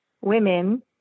women